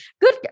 good